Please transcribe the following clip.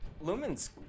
Lumen's